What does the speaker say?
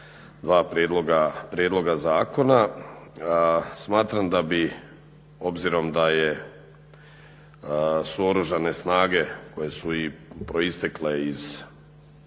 dva prijedloga zakona. Smatram da bi obzirom da su Oružane snage koje su i proistekle i